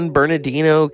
Bernardino